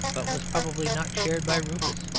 but was probably not shared by rufus.